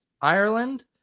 Ireland